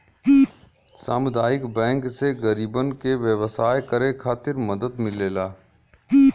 सामुदायिक बैंक से गरीबन के व्यवसाय करे खातिर मदद मिलेला